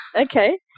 Okay